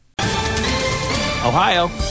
Ohio